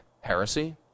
heresy